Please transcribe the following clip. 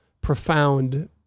profound